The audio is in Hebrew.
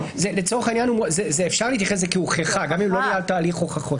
לצורך העניין אפשר להתייחס לזה כהוכחה גם אם לא ניהלת הליך הוכחות.